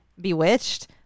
Bewitched